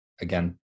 again